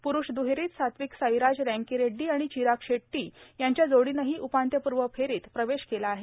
प्रुष द्हेरीत सात्विक साईराज रँकीरेड्डी आणि चिराग शेट्टी यांच्या जोडीनंही उपान्त्यपूर्व फेरीत प्रवेश केला आहे